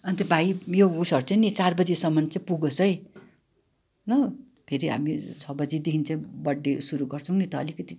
अन्त भाइ यो उसहरू चाहिँ नि चार बजेसम्म चाहिँ पुगोस् है ल फेरि हामी छ बजीदेखि चाहिँ बर्थडे सुरु गर्छौँ नि त अलिकति